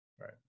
Right